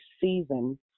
season